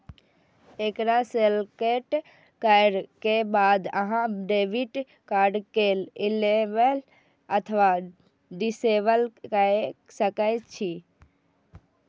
एकरा सेलेक्ट करै के बाद अहां डेबिट कार्ड कें इनेबल अथवा डिसेबल कए सकै छी